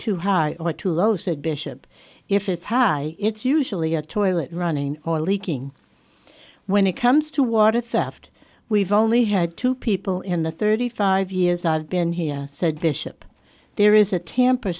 too high or too low said bishop if it's high it's usually a toilet running or leaking when it comes to water theft we've only had two people in the thirty five years i've been here said bishop there is a tamp